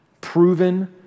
proven